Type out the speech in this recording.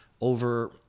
over